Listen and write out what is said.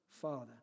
Father